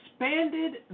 expanded